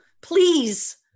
Please